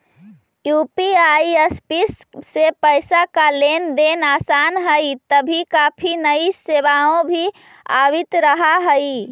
UPI service से पैसे का लेन देन आसान हई तभी काफी नई सेवाएं भी आवित रहा हई